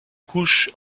couche